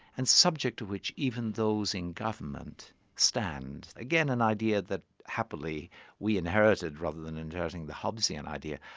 and subject to which even those in government stand. again, an idea that happily we inherited rather than inheriting the hobbesian idea.